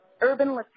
urban